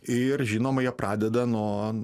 ir žinoma jie pradeda nuo